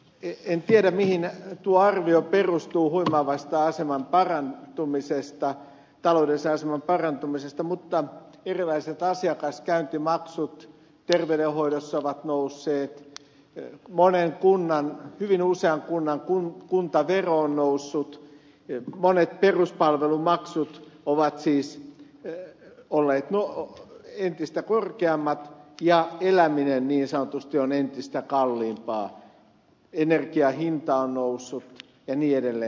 en tiedä mihin tuo arvio perustuu huimaavasta taloudellisen aseman parantumisesta mutta erilaiset asiakaskäyntimaksut terveydenhoidossa ovat nousseet hyvin usean kunnan kuntavero on noussut monet peruspalvelumaksut ovat siis olleet entistä korkeammat ja eläminen niin sanotusti on entistä kalliimpaa energian hinta on noussut ja niin edelleen